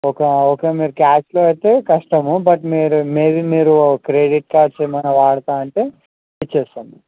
ఒక ఒక మీరు క్యాష్లో అయితే కష్టము బట్ మేరు మేబి మీరు క్రెడిట్ కార్డ్స్ ఏమన్నా వాడుతా అంటే ఇచ్చేస్తాం